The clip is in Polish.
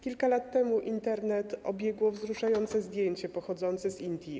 Kilka lat temu Internet obiegło wzruszające zdjęcie pochodzące z Indii.